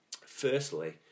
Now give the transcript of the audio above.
Firstly